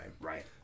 Right